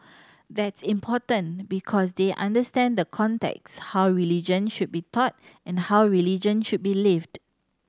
that's important because they understand the context how religion should be taught and how religion should be lived